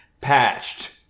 patched